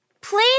Please